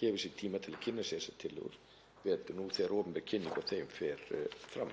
gefi sér tíma til að kynna sér þessar tillögur betur nú þegar opinber kynning á þeim fer fram.